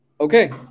Okay